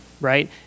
right